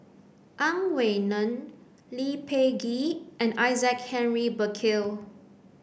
Ang Wei Neng Lee Peh Gee and Isaac Henry Burkill